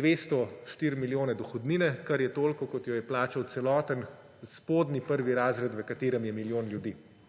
204 milijone dohodnine, kar je toliko, kot je je plačal celoten spodnji prvi razred, v katerem je milijon ljudi.